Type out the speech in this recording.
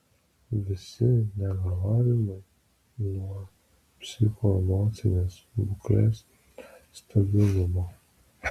visi negalavimai nuo psichoemocinės būklės stabilumo